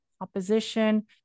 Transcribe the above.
opposition